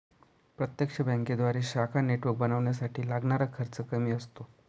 प्रत्यक्ष बँकेद्वारे शाखा नेटवर्क बनवण्यासाठी लागणारा खर्च कमी असतो